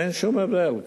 אין שום הבדל.